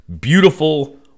beautiful